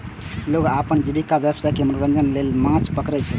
लोग अपन जीविका, व्यवसाय आ मनोरंजन लेल माछ पकड़ै छै